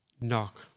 knock